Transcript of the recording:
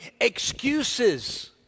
excuses